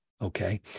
okay